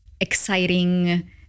exciting